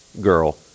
girl